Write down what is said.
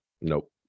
Nope